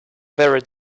very